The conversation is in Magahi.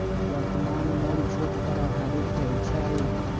वर्तमान मोल छूट पर आधारित होइ छइ